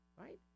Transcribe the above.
Right